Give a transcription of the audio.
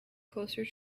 closer